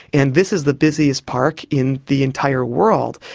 and this is the busiest park in the entire world.